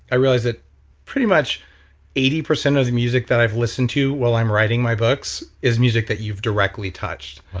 i realized that pretty much eighty percent of the music that i've listened to while i'm writing my books is music that you've directly touched.